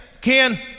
Ken